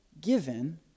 given